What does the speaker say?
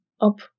up